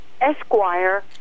Esquire